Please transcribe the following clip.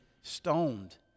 stoned